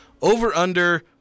over-under